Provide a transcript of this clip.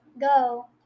go